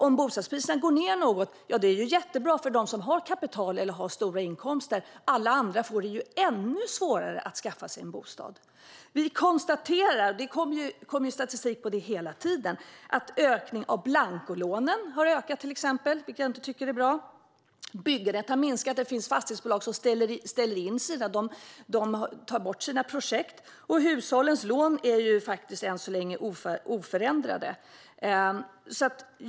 Om bostadspriserna går ned något är det jättebra för dem som har kapital eller stora inkomster. Alla andra får det ju ännu svårare att skaffa sig en bostad. Det kommer statistik hela tiden på att det skett en ökning av blancolånen, vilket jag inte tycker är bra. Byggandet har minskat. Det finns fastighetsbolag som ställer in sina planerade projekt. Och hushållens lån är faktiskt än så länge oförändrade.